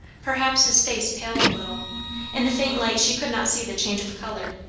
perhaps his face paled a little in the faint light she could not see the change of colour.